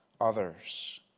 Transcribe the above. others